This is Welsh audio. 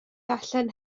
allan